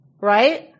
right